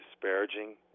disparaging